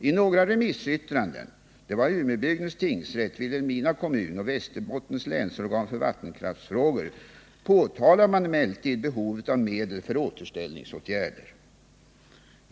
I några remissyttranden — från Umebygdens tingsrätt, Vilhelmina kommun och Västerbottens länsorgan för vattenkraftsfrågor — påtalades emellertid behovet av medel för återställningsåtgärder.